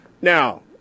Now